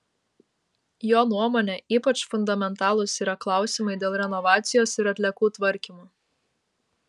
jo nuomone ypač fundamentalūs yra klausimai dėl renovacijos ir dėl atliekų tvarkymo